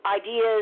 ideas